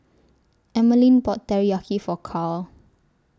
Emeline bought Teriyaki For Carl